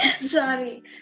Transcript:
sorry